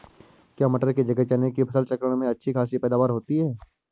क्या मटर की जगह चने की फसल चक्रण में अच्छी खासी पैदावार होती है?